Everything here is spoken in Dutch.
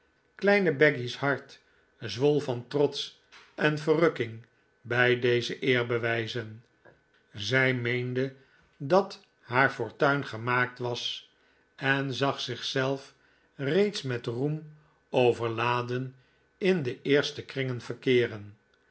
kleine becky's hart zwol van trots en verrukking bij deze eerbewijzen zij meende dat haar fortuin gemaakt was en zag zichzelf reeds met roem overladen in de eerste kringen verkeeren